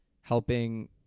helping